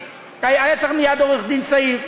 היה צריך מייד עורך-דין צעיר.